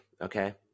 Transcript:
okay